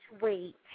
wait